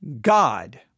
God